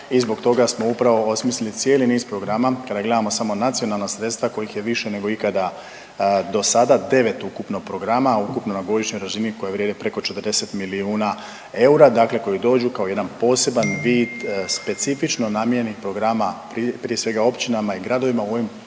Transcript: i zbog toga smo upravo osmislili cijeli niz programa. Kada gledamo samo nacionalna sredstva kojih je više nego ikada do sada 9 ukupno programa, ukupno na godišnjoj razini koja vrijedi preko 40 milijuna eura dakle koji dođu kao jedan poseban vid specifično namijenjenih programa, prije svega, općinama i gradovima u ovim